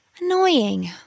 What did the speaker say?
Annoying